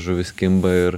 žuvys kimba ir